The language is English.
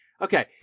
okay